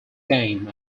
game